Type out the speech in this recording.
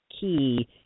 key